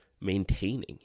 maintaining